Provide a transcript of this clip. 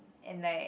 and like